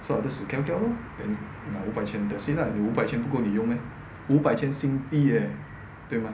so I just 死翘翘 lor then 我拿五百千 that's it lah 五百千不够你用 meh 五百千新币 leh 对吗